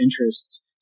interests